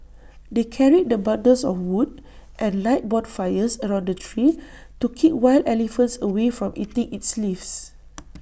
they carried the bundles of wood and light bonfires around the tree to keep wild elephants away from eating its leaves